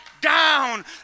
down